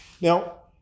Now